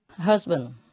Husband